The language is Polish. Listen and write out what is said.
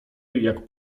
jak